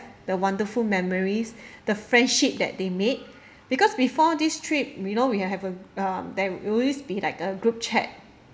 the wonderful memories the friendship that they made because before this trip we know we we have a a um there it will always be like a group chat